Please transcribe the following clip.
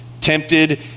tempted